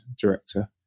director